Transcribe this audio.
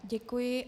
Děkuji.